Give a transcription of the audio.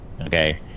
okay